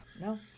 No